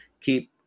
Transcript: Keep